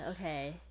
okay